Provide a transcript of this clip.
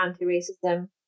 anti-racism